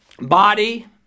body